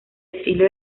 estilo